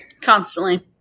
Constantly